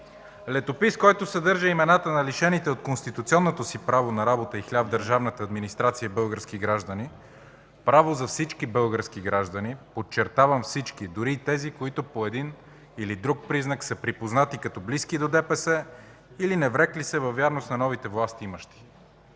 Летопис, който съдържа имената на лишените от конституционното си право на работа и хляб в държавната администрация български граждани – право за всички български граждани, подчертавам, всички, дори и тези, които по един или друг признак са припознати като близки до ДПС или не врекли се във вярност на новите властимащи.